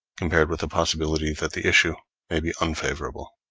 compared with the possibility that the issue may be unfavorable.